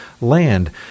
land